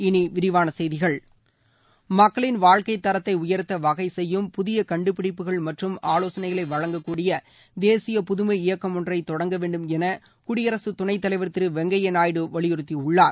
இனி விரிவான செய்திகள் மக்களின் வாழ்க்கைத் தரத்தை உயர்த்த வகை செய்யும் புதிய கண்டுபிடிப்புகள் மற்றும் ஆலோசனைகளை வழங்கக்கூடிய தேசிய புதுமை இயக்கம் ஒன்றை தொடங்க வேண்டும் என குடியரசு துணைத் தலைவர் திரு வெங்கய்ய நாயுடு வலியுறுத்தியுள்ளார்